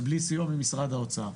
ובלי סיוע ממשרד האוצר.